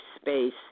space